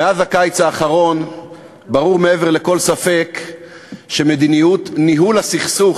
מאז הקיץ האחרון ברור מעבר לכל ספק שמדיניות ניהול הסכסוך,